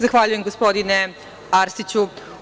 Zahvaljujem, gospodine Arsiću.